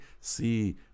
see